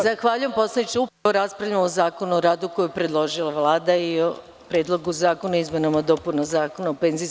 Zahvaljujem poslaniče, upravo raspravljamo o Zakonu o radu koji je predložila Vlada i o Predlogu zakona o izmenama i dopunama Zakona o PIO.